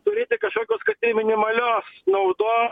turėti kažkokios kad ir minimalios naudo